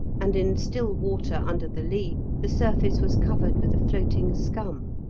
and in still water under the lee the surface was covered with a floating scum.